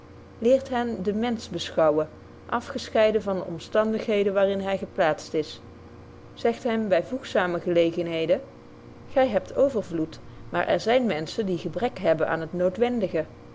hen den mensch beschouwen afgescheiden van de omstandigheden waar in hy geplaatst is zegt hen by voegzame gelegenheden gy hebt overvloed maar er zyn menschen die gebrek hebben aan het